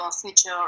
future